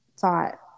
thought